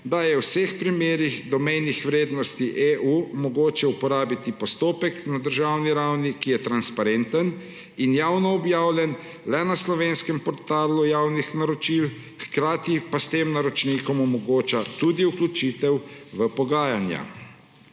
da je v vseh primerih do mejnih vrednosti EU mogoče uporabiti postopek na državni ravni, ki je transparenten in javno objavljen le na slovenskem portalu javnih naročil, hkrati pa s tem naročnikom omogoča tudi vključitev v pogajanja.Z